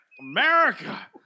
America